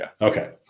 Okay